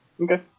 Okay